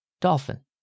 Dolphin